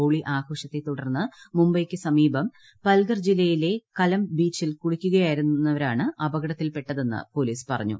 holy ആഘോഷത്തെ തുടർന്ന് മുംബൈയ്ക്ക് സമീപം പൽഗർ ജില്ലയിലെ കലംബ് ബീച്ചിൽ കുളിക്കുകയായിരുന്നവരാണ് അപ്പികടത്തിൽപ്പെട്ടതെന്ന് പൊലീസ് പറഞ്ഞു